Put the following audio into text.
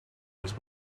els